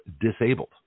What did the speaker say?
Disabled